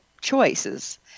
choices